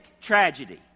tragedy